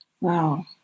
Wow